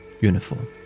uniform